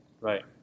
Right